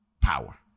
Power